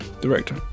Director